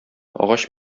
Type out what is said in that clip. агач